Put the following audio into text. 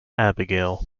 abigail